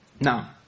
Now